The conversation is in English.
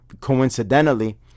coincidentally